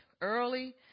early